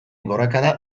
gorakada